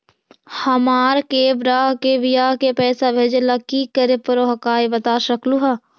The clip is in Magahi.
हमार के बह्र के बियाह के पैसा भेजे ला की करे परो हकाई बता सकलुहा?